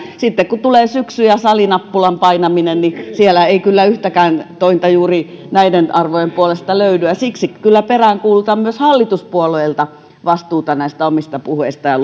sitten kun tulee syksy ja salinappulan painaminen niin siellä ei kyllä yhtäkään tointa juuri näiden arvojen puolesta löydy siksi kyllä peräänkuulutan myös hallituspuolueilta vastuuta omista puheistaan ja